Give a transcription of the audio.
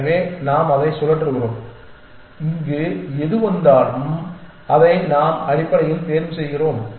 எனவே நாம் அதை சுழற்றுகிறோம் இங்கு எது வந்தாலும் அதை நாம் அடிப்படையில் தேர்வு செய்கிறோம்